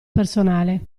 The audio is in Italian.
personale